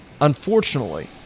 Unfortunately